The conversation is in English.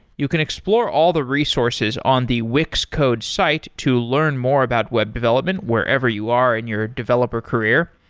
you can explore all the resources on the wix code's site to learn more about web development wherever you are in your developer career.